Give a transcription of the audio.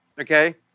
okay